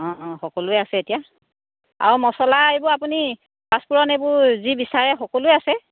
অঁ অঁ সকলোৱে আছে এতিয়া আৰু মচলা এইবোৰ আপুনি পাচফোৰণ এইবোৰ যি বিচাৰে সকলোৱে আছে